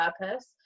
purpose